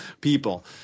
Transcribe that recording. people